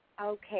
Okay